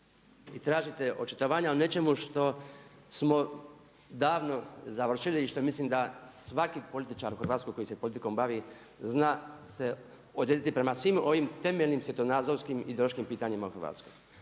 i tražite očitovanja o nečemu što smo davno završili i što mislim da svaki političar u Hrvatskoj koji se politikom bavi zna se odrediti prema svim ovim temeljnim svjetonazorskim i ideološkim pitanjima u Hrvatskoj.